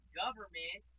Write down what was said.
government